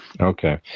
Okay